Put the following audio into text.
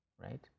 right